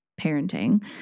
parenting